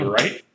right